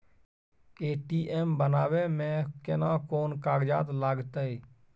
ATM बनाबै मे केना कोन कागजात लागतै?